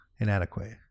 Inadequate